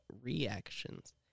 reactions